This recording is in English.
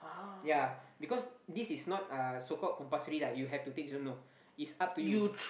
ya because this is not uh so called compulsory lah you have to take this one no it's up to you